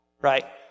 Right